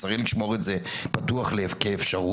וצריך לשמור את זה פתוח כאפשרות.